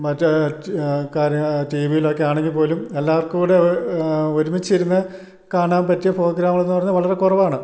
മറ്റേ കാര്യ ടിവിയിലൊക്കെ ആണെങ്കിൽ പോലും എല്ലാവർക്കും കൂടെ ഒരുമിച്ചു ഇരുന്ന് കാണാൻ പറ്റിയ പ്രോഗ്രാമുകളെന്നു പറഞ്ഞാൽ വളരെ കുറവാണ്